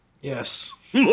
Yes